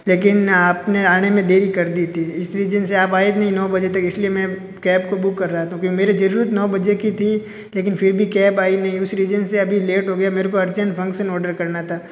लेकिन आप ने आने में देरी कर दी थी इस रीजन से आप आए नहीं नौ बजे तक इस लिए मैं कैब को बुक कर रहा था क्योंकि मेरी ज़रूरत नौ बजे की थी लेकिन फ़िर भी कैब आई नहीं उस रीजन से अभी लेट हो गया मेरे को अर्जेंट फंसंन ओडर करना था